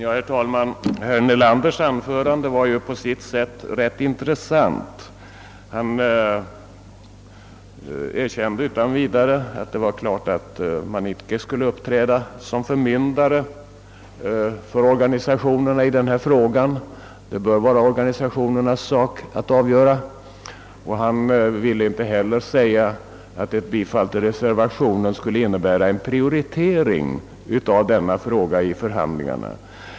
Herr talman! Herr Nelanders anförande var på sitt sätt ganska intressant. Han erkände utan vidare att det var klart att man icke skulle uppträda som förmyndare för organisationerna i denna fråga utan att det bör vara organisationernas sak att fälla avgörandet. Herr Nelander ville inte heller göra gällande att ett bifall till reservationen skulle innebära en prioritering av denna fråga vid förhandlingarna.